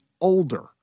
older